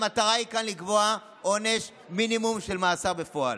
המטרה כאן היא לקבוע עונש מינימום של מאסר בפועל,